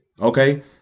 Okay